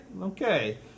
okay